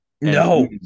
No